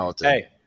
hey